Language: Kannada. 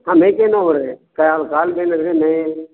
ಹಾಂ ಮೈ ಕೈ ನೋವು ಅದ ರೀ ಕಾಲು ಬ್ಯಾನೆ ಅದ ರೀ ಮೈ